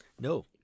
No